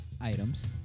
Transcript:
items